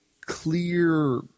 clear